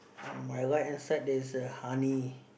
on my right hand side there's a honey